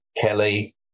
Kelly